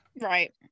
Right